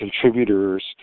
contributors